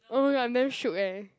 oh my god i'm damn shook eh